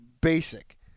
basic